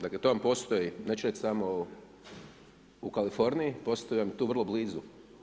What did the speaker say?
Dakle, to vam postoji neću reći samo u Kaliforniji, postoji vam tu vrlo blizu.